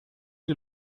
die